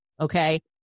okay